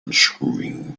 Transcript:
unscrewing